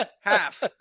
Half